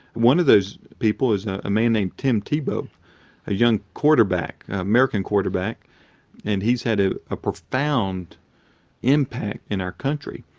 one of those people is a a man named tim tebow a young quarterback american quarterback and he's had ah a profound impact in our country.